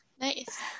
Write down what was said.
Nice